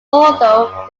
although